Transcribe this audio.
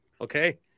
okay